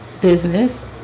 business